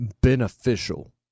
beneficial